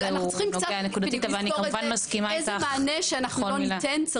אבל אנחנו צריכים קצת לזכור שאיזה מענה שאנחנו לא ניתן,